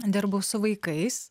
dirbau su vaikais